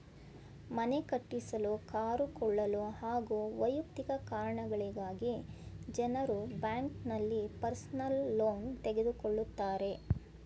ಮನೆ ಕಟ್ಟಿಸಲು ಕಾರು ಕೊಳ್ಳಲು ಹಾಗೂ ವೈಯಕ್ತಿಕ ಕಾರಣಗಳಿಗಾಗಿ ಜನರು ಬ್ಯಾಂಕ್ನಲ್ಲಿ ಪರ್ಸನಲ್ ಲೋನ್ ತೆಗೆದುಕೊಳ್ಳುತ್ತಾರೆ